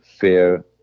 fair